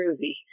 groovy